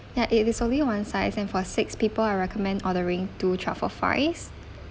ya it is only one size and for six people I recommend ordering two truffle fries